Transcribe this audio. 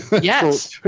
yes